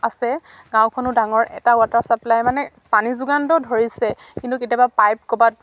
আছে গাঁওখনো ডাঙৰ এটা ৱাটাৰ ছাপ্লাই মানে পানী যোগানটো ধৰিছে কিন্তু কেতিয়াবা পাইপ ক'ৰবাত